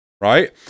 right